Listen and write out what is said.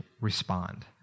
respond